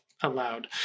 allowed